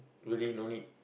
really no need